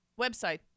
website